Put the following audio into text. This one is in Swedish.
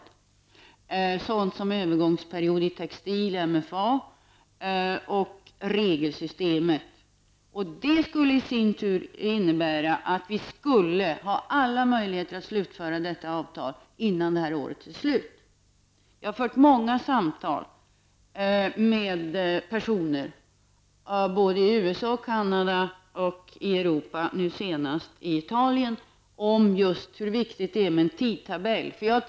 Det gäller även sådant som en övergångsperiod i MFA och regelsystemet. Detta skulle i sin tur innebära, att vi har alla möjligheter att slutföra detta avtal innan detta år är slut. Jag har fört många samtal med personer i USA, Canada och Europa, och nu senast i Italien, om hur viktigt det är med en tidtabell.